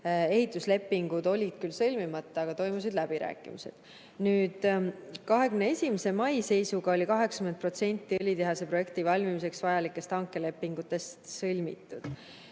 Ehituslepingud olid küll sõlmimata, aga toimusid läbirääkimised. 2021. aasta mai seisuga oli 80% õlitehase projekti valmimiseks vajalikest hankelepingutest sõlmitud.